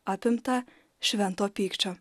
apimtą švento pykčio